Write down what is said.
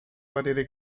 parere